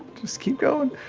just keep going.